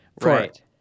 Right